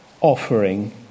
offering